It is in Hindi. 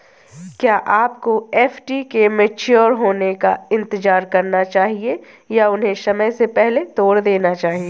क्या आपको एफ.डी के मैच्योर होने का इंतज़ार करना चाहिए या उन्हें समय से पहले तोड़ देना चाहिए?